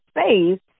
space